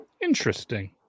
Interesting